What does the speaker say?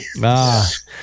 Yes